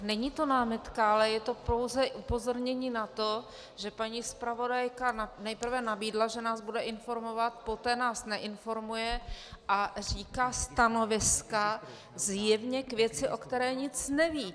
Není to námitka, ale je to pouze upozornění na to, že paní zpravodajka nejprve nabídla, že nás bude informovat, poté nás neinformuje a říká stanoviska zjevně k věci, o které nic neví.